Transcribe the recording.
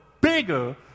bigger